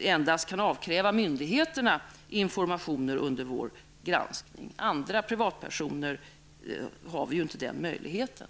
endast kan avkräva myndigheter information under vår granskning. När det gäller privatpersoner har vi inte den möjligheten.